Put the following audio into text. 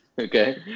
okay